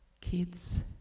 kids